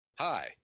Hi